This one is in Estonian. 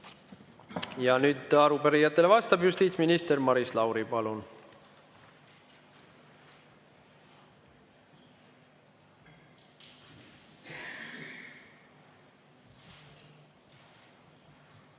Palun! Arupärijatele vastab justiitsminister Maris Lauri. Palun!